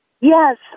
Yes